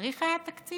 צריך היה תקציב.